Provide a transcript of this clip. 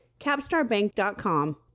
CapstarBank.com